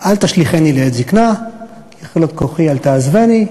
"אל תשליכני לעת זיקנה ככלות כוחי אל תעזבני".